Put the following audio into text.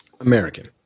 american